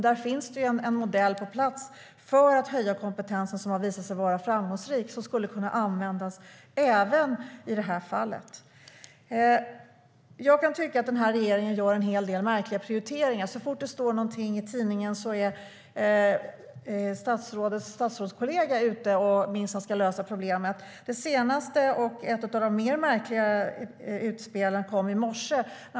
Där finns det en modell på plats för att höja kompetensen som har visat sig vara framgångsrik och som skulle kunna användas även i det här fallet. Jag kan tycka att den här regeringen gör en hel del märkliga prioriteringar. Så fort det står något i tidningen är statsrådets statsrådskollega ute och ska lösa problemet. Det senaste utspelet, ett av de mer märkliga, kom i morse.